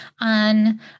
on